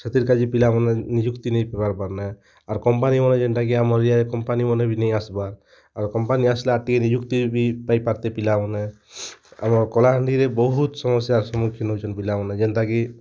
ସେଥିର୍ କାଜି ପିଲାମାନେ ନିଯୁକ୍ତି ନେଇ ପାର୍ ପାରନେ ଆର୍ କମ୍ପାନୀମାନେ ଯେନ୍ତା କି ଆମର୍ ଏରିଆରେ କମ୍ପାନୀମାନେ ବି ନେଇ ଆସବା ଆର୍ କମ୍ପାନୀ ଆସିଲା ଟି ନିଯୁକ୍ତି ବି ପାଇଁ ପାରତେ ପିଲାମାନେ ଆମ କଳାହାଣ୍ଡିରେ ବହୁତ ସମସ୍ୟା ସମ୍ମୁଖୀନ୍ ହେଉଛନ୍ତି ପିଲାମାନେ ଯେନ୍ତା କି